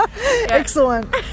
Excellent